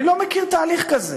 אני לא מכיר תהליך כזה.